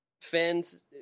fans